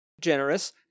generous